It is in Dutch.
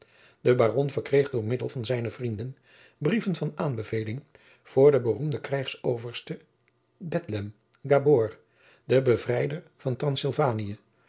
de baron verkreeg door middel van zijne vrienden brieven van aanbeveling voor den beroemden krijgsoverste bethlem gabor den bevrijder van